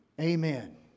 Amen